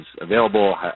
available